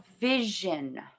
vision